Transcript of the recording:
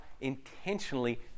intentionally